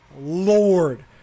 Lord –